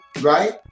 right